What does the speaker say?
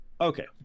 Okay